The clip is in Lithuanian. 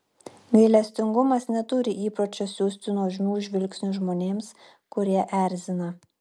gailestingumas neturi įpročio siųsti nuožmių žvilgsnių žmonėms kurie erzina